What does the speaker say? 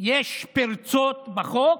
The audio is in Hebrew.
יש פרצות בחוק.